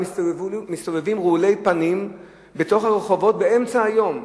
הם מסתובבים רעולי פנים ברחובות, באמצע היום.